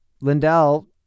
Lindell